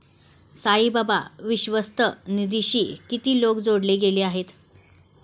साईबाबा विश्वस्त निधीशी किती लोक जोडले गेले आहेत?